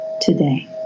today